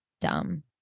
Dumb